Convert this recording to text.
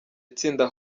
itsinda